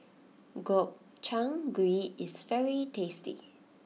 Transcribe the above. Gobchang Gui is very tasty